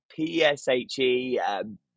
PSHE